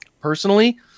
personally